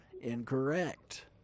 Incorrect